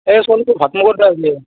এই ছোৱালীটোৰ ভাত মুখত দিয়া